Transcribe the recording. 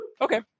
Okay